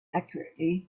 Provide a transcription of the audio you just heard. accurately